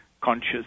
Conscious